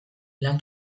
lan